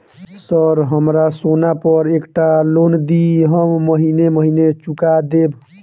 Sir हमरा सोना पर एकटा लोन दिऽ हम महीने महीने चुका देब?